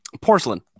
Porcelain